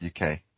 UK